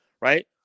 right